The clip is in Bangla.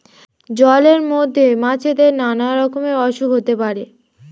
জলের মধ্যে মাছেদের নানা রকমের অসুখ হতে পারে